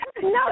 No